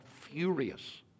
furious